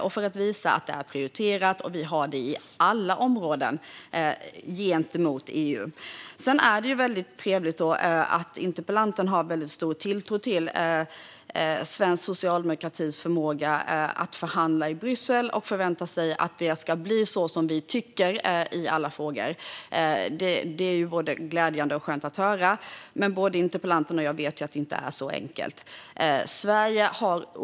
Jag ville visa att det är prioriterat och att vi har det på alla områden gentemot EU. Det är väldigt trevligt att interpellanten har stor tilltro till svensk socialdemokratis förmåga att förhandla i Bryssel och att han förväntar sig att det ska bli som vi tycker i alla frågor. Det är glädjande och skönt att höra, men både interpellanten och jag vet att det inte är så enkelt.